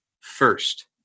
first